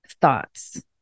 thoughts